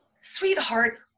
Sweetheart